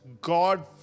God